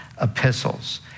epistles